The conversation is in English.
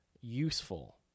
useful